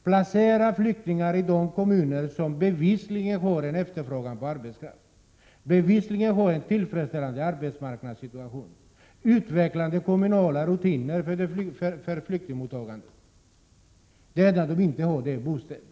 Placera flyktingar i de kommuner som bevisligen har en efterfrågan på arbetskraft och som bevisligen har en tillfredsställande arbetsmarknadssituation! Utveckla kom munala rutiner för flyktingmottagandet! Det enda som de här flyktingarna inte har är bostäder.